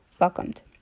welcomed